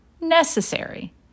necessary